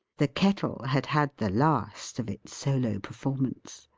the kettle had had the last of its solo performance.